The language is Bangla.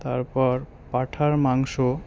তারপর পাঁঠার মাংস